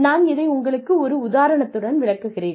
நான் இதை உங்களுக்கு ஒரு உதாரணத்துடன் விளக்குகிறேன்